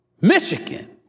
Michigan